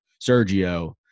Sergio